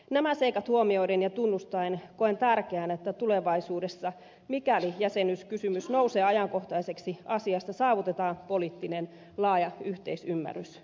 nämä seikat huomioiden ja tunnustaen koen tärkeänä että tulevaisuudessa mikäli jäsenyyskysymys nousee ajankohtaiseksi asiasta saavutetaan poliittinen laaja yhteisymmärrys